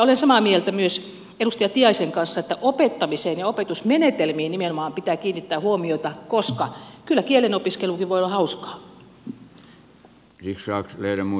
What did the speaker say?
olen samaa mieltä myös edustaja tiaisen kanssa että opettamiseen ja nimenomaan opetusmenetelmiin pitää kiinnittää huomiota koska kyllä kielenopiskelukin voi olla hauskaa